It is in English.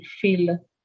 feel